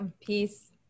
Peace